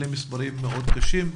אלה מספרים קשים מאוד,